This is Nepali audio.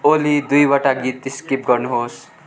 ओली दुईवटा गीत स्किप गर्नुहोस्